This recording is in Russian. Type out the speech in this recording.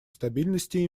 стабильности